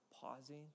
pausing